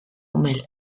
umel